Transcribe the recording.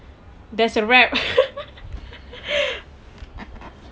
that's a wrap